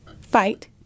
fight